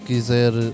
Quiser